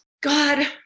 God